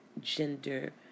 gender